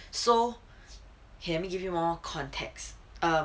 so here let me give you more context